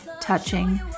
touching